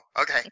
Okay